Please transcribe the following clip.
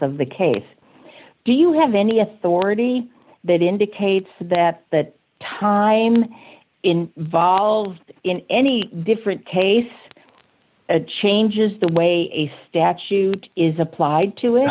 of the case do you have any authority that indicates that that time in volved in any different tastes ed changes the way a statute is applied to